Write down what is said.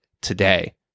today